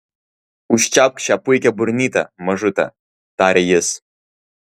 užčiaupk šią puikią burnytę mažute tarė jis